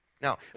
Now